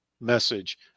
message